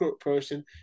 person